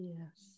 Yes